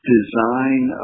design